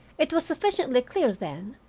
it was sufficiently clear, then,